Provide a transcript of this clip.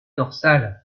dorsal